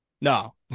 No